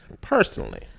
Personally